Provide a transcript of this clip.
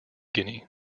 guinea